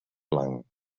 blanc